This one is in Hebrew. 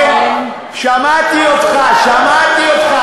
שמעתי אותך, שמעתי אותך.